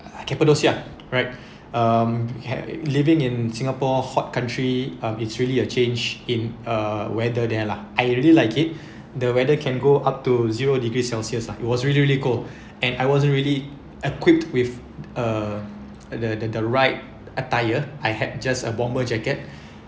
cappadocia right um hard living in singapore hot country um it's really a change in uh whether there lah I really like it the weather can go up to zero degree celsius lah it was really really cold and I wasn't really equipped with uh the the the right attire I had just a bomber jacket